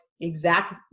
exact